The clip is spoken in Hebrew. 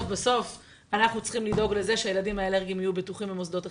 אנחנו צריכים לדאוג לזה שהילדים האלרגיים יהיו בטוחים במוסדות החינוך.